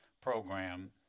program